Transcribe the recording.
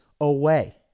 away